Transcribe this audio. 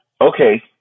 Okay